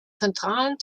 zentralen